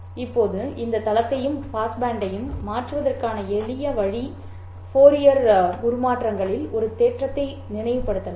இப்போது இந்த தளத்தையும் பாஸ்பேண்டையும் மாற்றுவதற்கான எளிய வழி ஃபோரியர் உருமாற்றங்களில் ஒரு தேற்றத்தை நினைவுபடுத்துவதாகும்